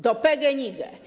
Do PGNiG.